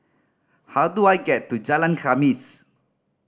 how do I get to Jalan Khamis